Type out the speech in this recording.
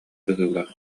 быһыылаах